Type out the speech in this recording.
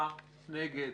הצבעה בעד, 4 נגד,